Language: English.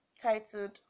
Titled